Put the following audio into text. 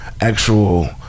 actual